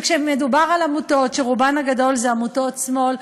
וכשמדובר על עמותות שרובן הגדול זה עמותות שמאל,